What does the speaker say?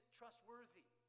trustworthy